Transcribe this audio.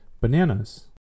bananas